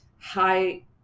high